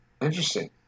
Interesting